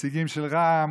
נציגים של רע"מ,